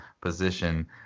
position